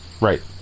Right